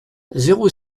zéro